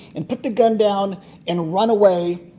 and put the gun down and run away,